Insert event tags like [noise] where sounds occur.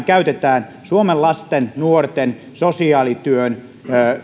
[unintelligible] käytetään vuosittain suomen lasten nuorten sosiaalityön